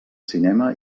cinema